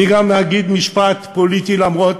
אני גם אגיד משפט פוליטי-מדיני,